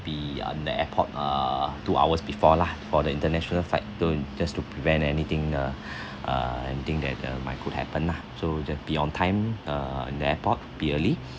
be on the airport uh two hours before lah for the international flight don't just to prevent anything uh uh anything that the might could happen lah so just be on the time uh in the airport be early